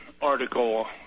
article